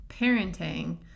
parenting